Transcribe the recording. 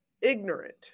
ignorant